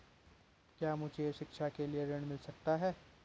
क्या मुझे शिक्षा के लिए ऋण मिल सकता है?